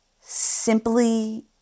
simply